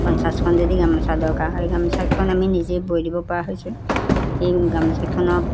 পঞ্চাছখন যদি গামোচা দৰকাৰ হয় গামোচাকেইখন আমি নিজে বৈ দিব পৰা হৈছোঁ সেই গামোচাখনত